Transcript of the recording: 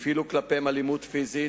הפעילו כלפיהם אלימות פיזית,